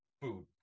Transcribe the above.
food